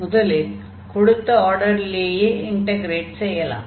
முதலில் கொடுத்த ஆர்டரில் இன்டக்ரேட் செய்யலாம்